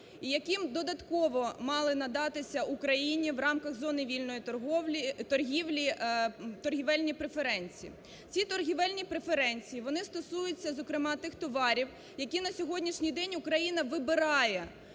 і яким додатково мали надатися Україні, в рамках зони вільної торгівлі, торгівельні преференції. Ці торгівельні преференції, вони стосуються зокрема тих товарів, які на сьогоднішній день Україна вибирає